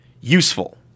useful